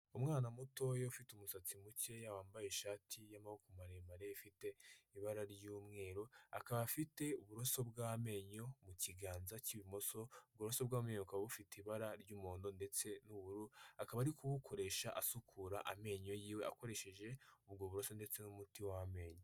Umwana muto ufite umusatsi muke wambaye ishati y'amaboko maremare ifite ibara ry'umweru, akaba afite uburoso bw'amenyo mu kiganza cy'ibumoso uboroso bw'amenyo bukaba bufite ibara ry'umuhondo ndetse n'ubururu, akaba ari kubukoresha asukura amenyo yiwe akoresheje ubwo buroso ndetse n'umuti w'amenyo.